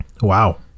Wow